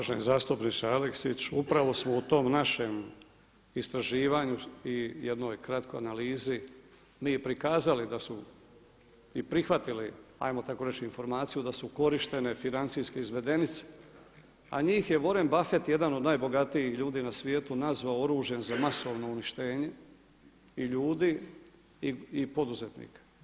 Uvaženi zastupniče Aleksić, upravo smo u tom našem istraživanju i jednoj kratkoj analizi mi i prikazali da su i prihvatili hajmo tako reći informaciju da su korištene financijske izvedenice, a njih je Warren Buffett jedan od najbogatijih ljudi na svijetu nazvao oružjem za masovno uništenje i ljudi i poduzetnika.